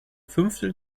fünftel